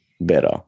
better